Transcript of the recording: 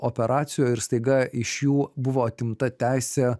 operacijoj ir staiga iš jų buvo atimta teisė